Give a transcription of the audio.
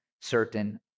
certain